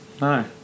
no